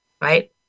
right